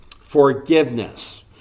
forgiveness